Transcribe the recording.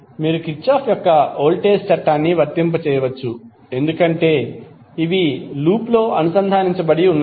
మీరు కిర్చాఫ్ యొక్క వోల్టేజ్ చట్టాన్ని వర్తింపజేయవచ్చు ఎందుకంటే ఇవి లూప్లో అనుసంధానించబడి ఉన్నాయి